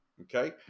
okay